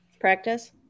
Practice